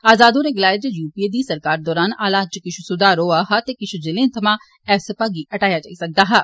आजाद होरें गलाया जे यूपीए दी सरकार दौरान हालात च किश सुघार होआ हा ते किश जिलें थमां एफसपा गी हटाया जाई सकदा हा